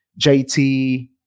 JT